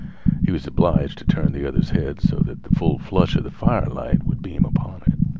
he was obliged to turn the other's head so that the full flush of the fire light would beam upon it.